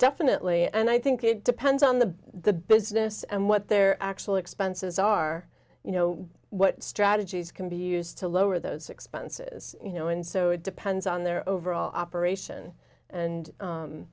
definitely and i think it depends on the the business and what their actual expenses are you know what strategies can be used to lower those expenses you know and so it depends on their overall operation and